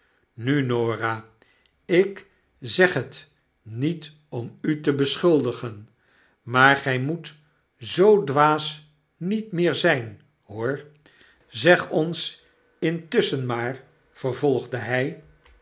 nu norah i ik zeg het niet om u te beschuldigen maar gy moet zoo dwaas niet meer zijn hoor zeg ons intusschen maar vervolgde bij